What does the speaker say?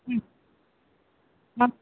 ம் ஆ